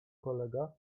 kolega